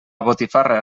botifarra